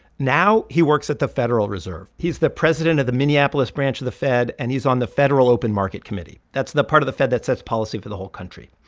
now he works at the federal reserve. he's the president of the minneapolis branch of the fed, and he's on the federal open market committee. that's the part of the fed that sets policy for the whole country.